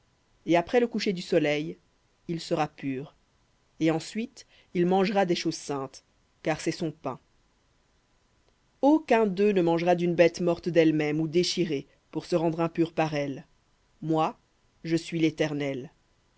et après le coucher du soleil il sera pur et ensuite il mangera des choses saintes car c'est son pain ne mangera d'une bête morte ou déchirée pour se rendre impur par elle moi je suis l'éternel